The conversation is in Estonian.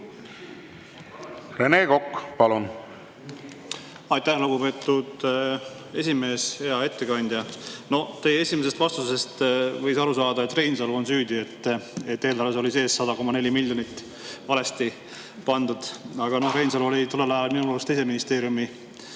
Rene Kokk, palun! Aitäh, lugupeetud esimees! Hea ettekandja! Teie esimesest vastusest võis aru saada, et Reinsalu on süüdi, et eelarves oli 100,4 miljonit valesti pandud, aga Reinsalu oli tollel ajal minu arust teise ministeeriumi